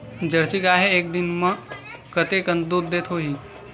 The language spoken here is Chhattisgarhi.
जर्सी गाय ह एक दिन म कतेकन दूध देत होही?